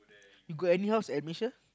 you got any house at Malaysia